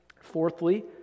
Fourthly